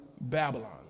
Babylon